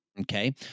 okay